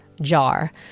jar